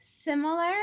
similar